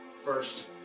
first